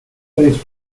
faced